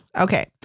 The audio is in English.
okay